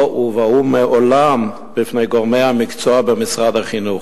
לא הובאו מעולם בפני גורמי המקצוע במשרד החינוך.